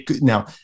now